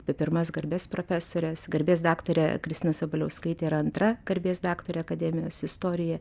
apie pirmas garbės profesores garbės daktarė kristina sabaliauskaitė yra antra garbės daktarė akademijos istoriją